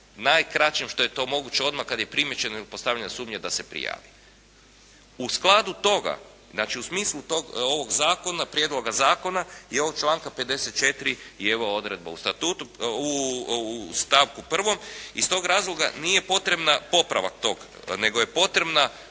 najkraćem što je to moguće odmah kad je primijećena ili postavljena sumnja da se prijavi. U skladu toga, znači u smislu ovog zakona, prijedloga zakona i ovog članka 54. i ova odredba u statutu, u stavku prvom i iz tog razloga nije potrebna popravak tog, nego je potrebna